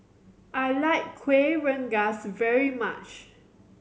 I like Kueh Rengas very much